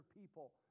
people